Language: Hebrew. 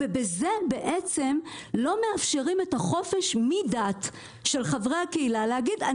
וכך לא מאפשרים את החופש מדת של חברי הקהילה להגיד,